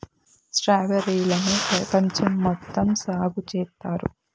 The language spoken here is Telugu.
స్ట్రాబెర్రీ లను పెపంచం మొత్తం సాగు చేత్తారు